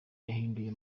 yahinduye